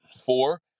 four